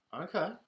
okay